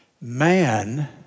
Man